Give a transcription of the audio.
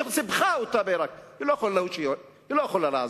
היא סיבכה אותה בעירק, היא לא יכולה לעזור.